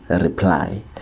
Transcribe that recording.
reply